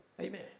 Amen